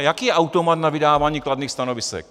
Jaký je automat na vydávání kladných stanovisek?